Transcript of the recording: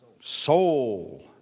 soul